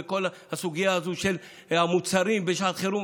וכל הסוגיה הזאת של המוצרים בשעת חירום,